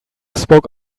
spoke